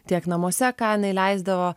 tiek namuose ką jinai leisdavo